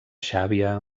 xàbia